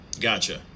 Gotcha